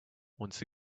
once